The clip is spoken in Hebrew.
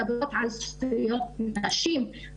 מדברות על זכויות נשים,